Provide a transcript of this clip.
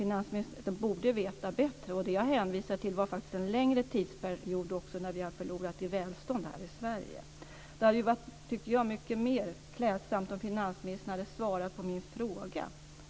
Finansministern borde veta bättre. Jag hänvisade till en längre tidsperiod när Sverige förlorade i välstånd. Det hade varit mer klädsamt om finansministern hade svarat på min fråga.